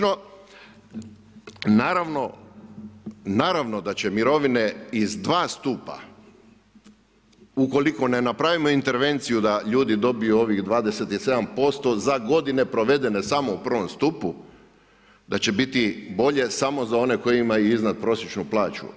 Naravno da će mirovine iz dva stupa ukoliko ne napravimo intervenciju da ljudi dobiju ovih 27% za godine provedene samo u prvom stupu, da će biti bolje samo za one koji imaju iznad prosječnu plaću.